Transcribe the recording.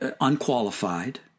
unqualified